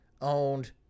owned